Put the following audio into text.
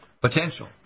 potential